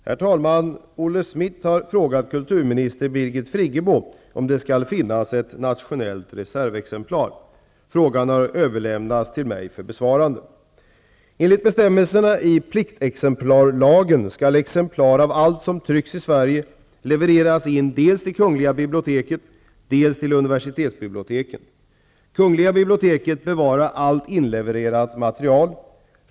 Herr talman! Olle Schmidt har frågat kulturminister Birgit Friggebo om det skall finnas ett nationellt reservexemplar. Frågan har överlämnats till mig för besvarande. Enligt bestämmelserna i pliktexemplarslagen skall exemplar av allt som trycks i Sverige levereras in till dels Kungl. biblioteket, dels universitetsbiblioteken. Kungl. biblioteket bevarar allt inlevererat material.